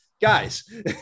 Guys